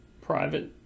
private